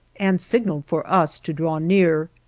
and signaled for us to draw near.